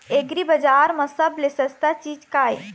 एग्रीबजार म सबले सस्ता चीज का ये?